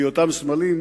בהיותם סמלים,